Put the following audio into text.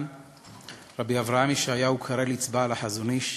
בעל ה"חזון אי"ש",